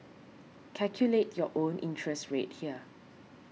calculate your own interest rate here